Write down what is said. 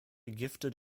gifted